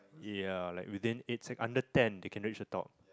yeah like within eight sec~ under ten they can reach the top